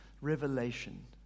revelation